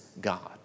God